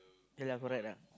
ya lah correct lah